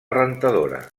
rentadora